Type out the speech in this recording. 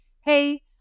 hey